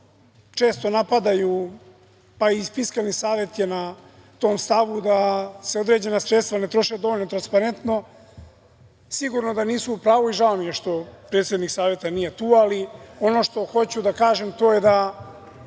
često napadaju, pa i Fiskalni savet je na tom stavu, da se određena sredstva ne troše dovoljno transparentno, sigurno da nisu u pravu i žao mi je što predsednik saveta nije tu. Ono što hoću da kažem je da